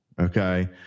okay